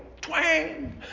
twang